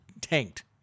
tanked